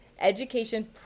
education